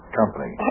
company